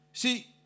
See